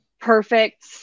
perfect